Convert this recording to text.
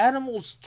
Animals